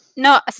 No